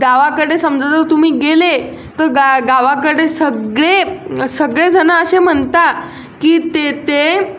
गावाकडे समजा जर तुम्ही गेले तर गा गावाकडे सगळे सगळेजणं असे म्हणता की ते ते